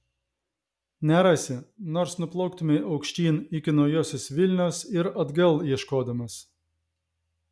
nerasi nors nuplauktumei aukštyn iki naujosios vilnios ir atgal ieškodamas